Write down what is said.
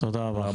תודה רבה.